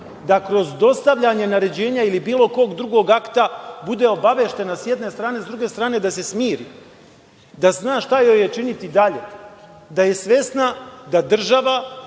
da kroz dostavljanje naređenja ili bilo kog drugog akta bude obaveštena, s jedne strane, a s druge strane – da se smiri, da zna šta joj je činiti dalje, da je svesna da država